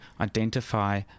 identify